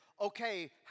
okay